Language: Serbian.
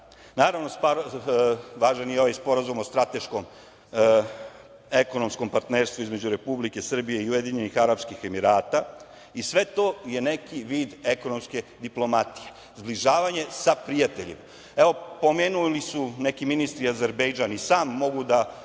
grane. Naravno, važan je i ovaj Sporazum o strateškom ekonomskom partnerstvu između Republike Srbije i UAE. Sve to je neki vid ekonomske diplomatije, približavanje sa prijateljima. Evo, pomenuli su neki ministri Azerbejdžan. I sam mogu da